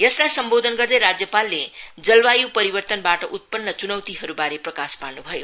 यसलाई सम्बोधन गर्दै राज्पालले जलवायु परिवर्तनबाट उत्पन्न चुनौतीहरूबारे प्रकाश पार्नु भयो